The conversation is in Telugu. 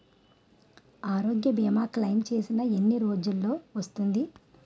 ఆరోగ్య భీమా క్లైమ్ చేసిన ఎన్ని రోజ్జులో వస్తుంది?